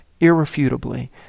irrefutably